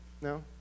No